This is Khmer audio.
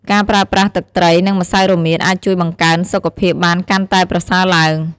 ការប្រើប្រាស់ទឹកត្រី និងម្សៅរមៀតអាចជួយបង្កើនសុខភាពបានកាន់តែប្រសើរឡើង។